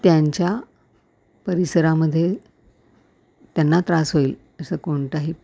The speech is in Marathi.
त्यांच्या परिसरामध्ये त्यांना त्रास होईल असं कोणताही